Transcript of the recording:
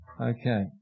Okay